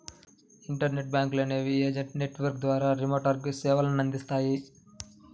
internet బ్యాంకులు అనేవి agent network ద్వారా రిమోట్గా సేవలనందిస్తాయి